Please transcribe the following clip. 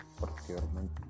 procurement